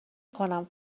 کنم